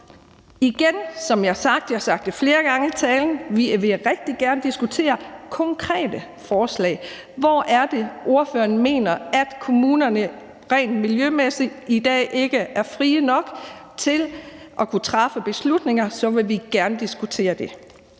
at vi rigtig gerne vil diskutere konkrete forslag om, hvor det er, ordføreren mener at kommunerne rent miljømæssigt i dag ikke er frie nok til at kunne træffe beslutninger – det vil vi gerne diskutere.